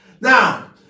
Now